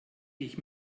ich